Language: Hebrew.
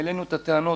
העלינו את הטענות.